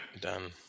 done